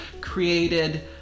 created